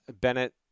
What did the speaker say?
Bennett